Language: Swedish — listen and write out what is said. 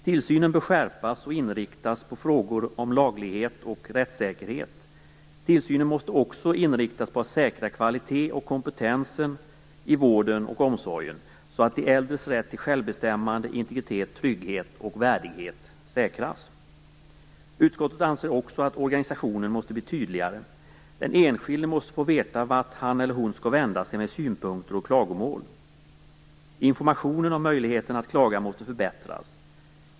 Tillsynen bör skärpas och inriktas på frågor om laglighet och rättssäkerhet. Tillsynen måste också inriktas på att säkra kvalitet och kompetens i vården och omsorgen så att de äldres rätt till självbestämmande, integritet, trygghet och värdighet säkras. Utskottet anser också att organisationen måste bli tydligare. Den enskilde måste få veta vart han eller hon skall vända sig med sina synpunkter och klagomål. Informationen om möjligheterna att klaga måste förbättras.